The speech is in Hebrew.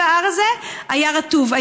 כל ההר הזה היה רטוב.